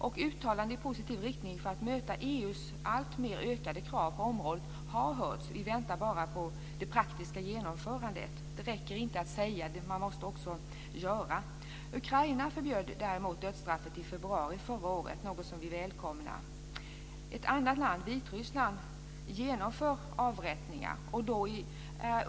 Uttalanden har hörts i positiv riktning för att möta EU:s alltmer ökade krav på området. Vi väntar bara på det praktiska genomförandet. Det räcker inte att säga, man måste också göra. Ukraina däremot förbjöd dödsstraffet i februari förra året. Det var något som vi välkomnade. Ett annat land, Vitryssland, genomför avrättningar.